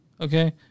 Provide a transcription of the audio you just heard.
Okay